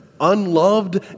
unloved